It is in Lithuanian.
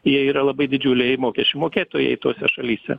jie yra labai didžiuliai mokesčių mokėtojai tose šalyse